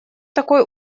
такой